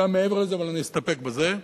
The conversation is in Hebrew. זה גם מעבר לזה, אבל אני אסתפק בזה.